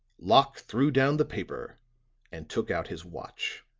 locke threw down the paper and took out his watch.